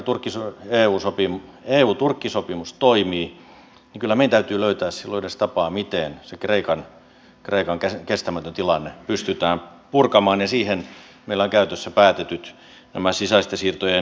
mutta jos esimerkiksi tämä euturkki sopimus toimii niin kyllä meidän täytyy löytää silloin edes tapa miten se kreikan kestämätön tilanne pystytään purkamaan ja siihen meillä on käytössä päätetyt sisäisten siirtojen mekanismit